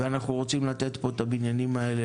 - ואנחנו רוצים לתת פה את הבניינים האלה,